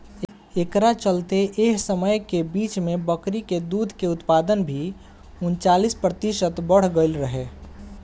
एकरा चलते एह समय के बीच में बकरी के दूध के उत्पादन भी उनचालीस प्रतिशत बड़ गईल रहे